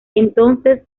entonces